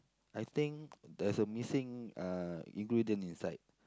I think there's a missing uh ingredient inside